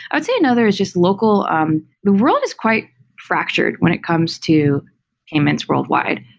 i would say another is just local um the world is quite fractured when it comes to payments worldwide.